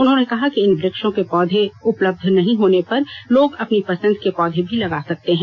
उन्होंने कहा कि इन वृक्षों के पौधे उपलब्ध न होने पर लोग अपनी पसंद के पौधे भी लगा सकते हैं